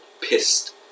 pissed